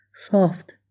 Soft